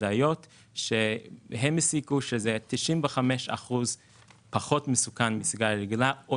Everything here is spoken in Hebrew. הסיק שב-95% או יותר זה פחות מסוכן מסיגריה רגילה.